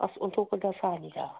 ꯑꯁ ꯑꯣꯟꯊꯣꯛꯄ ꯗꯁꯥꯅꯤꯗ